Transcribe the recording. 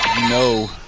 No